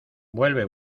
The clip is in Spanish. vuelve